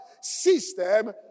system